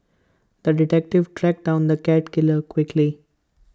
the detective tracked down the cat killer quickly